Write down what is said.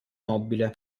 nobile